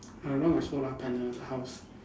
I remember got solar panel in the house